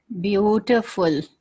beautiful